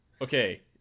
Okay